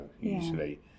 usually